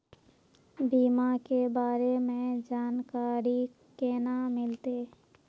बीमा के बारे में जानकारी केना मिलते?